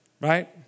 right